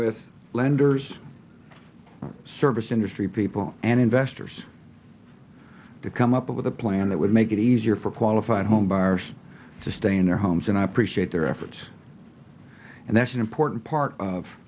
with lenders service industry people and investors to come up with a plan that would make it easier for qualified homebuyers to stay in their homes and i appreciate their effort and that's an important part of